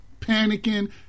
Panicking